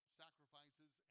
sacrifices